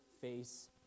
face